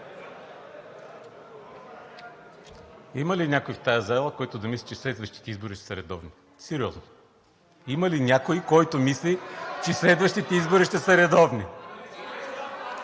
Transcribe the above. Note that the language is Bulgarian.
Има ли някой в тази зала, който да мисли, че следващите избори ще са редовни, сериозно?! Има ли някой, който мисли, че следващите избори ще са редовни?!